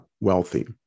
wealthy